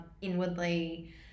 inwardly